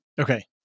Okay